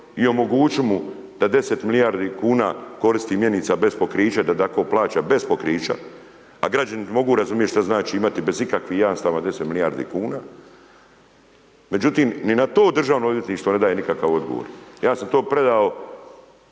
i omogućiti mu da 10 milijardi kuna koristi mjenica bez pokrića, da tako plaća bez pokrića, a građani mogu razumijet šta znači imati bez ikakvih jamstava 10 milijardi kuna. Međutim, ni na to Državno odvjetništvo ne daje nikakav odgovor, ja sam to predao